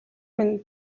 минь